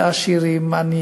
זה אצל עשירים,